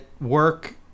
work